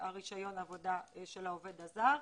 רישיון עבודה של העובד הזר.